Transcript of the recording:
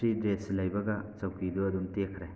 three days ꯂꯩꯕꯒ ꯆꯧꯀꯤꯗꯨ ꯑꯗꯨꯝ ꯇꯦꯛꯈ꯭ꯔꯦ